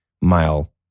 mile